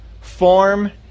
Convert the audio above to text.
form